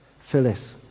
Phyllis